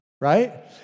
right